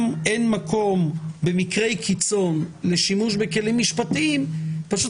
אין מקום במקרי קיצון לשימוש בכלים משפטיים פשוט